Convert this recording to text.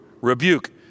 rebuke